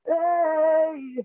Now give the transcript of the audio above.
Hey